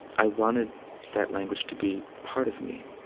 i wanted that language to be part of me